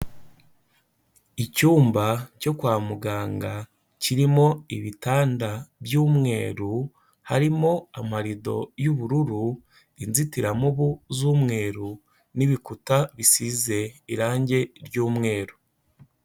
Icyumba cyo kwa muganga kirimo ibitanda by'umweru, harimo amarido y'ubururu, inzitiramubu z'umweru n'ibikuta bisize irangi ry'umweru.